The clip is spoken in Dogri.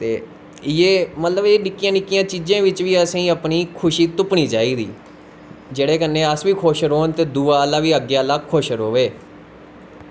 ते इयै मतलव निक्कियें निक्कियें चीजें बिच्च बी असेंगी अपनी खुशी तुप्पनी चाही दी जेह्दे कन्नै अस बी खुश रौह्चै ते दुए आह्ला अग्गें आह्ला बी खुश रवै